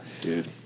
Dude